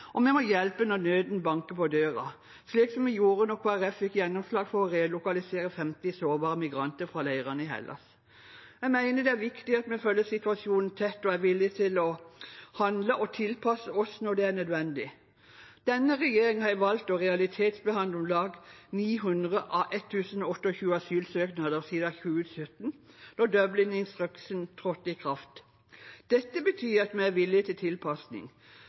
og vi må hjelpe når nøden banker på døren – slik vi gjorde da Kristelig Folkeparti fikk gjennomslag for å relokalisere 50 sårbare migranter fra leirene i Hellas. Jeg mener det er viktig at vi følger situasjonen tett og er villige til å handle og tilpasse oss når det er nødvendig. Denne regjeringen har valgt å realitetsbehandle om lag 900 av 1 028 asylsøknader siden 2017, da Dublin-instruksen trådte i kraft. Dette betyr at vi er villige til tilpasning.